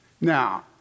Now